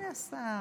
הינה השר.